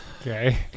Okay